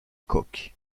coke